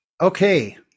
Okay